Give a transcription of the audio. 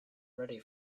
ready